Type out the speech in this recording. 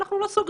אבל הם לא סגרו.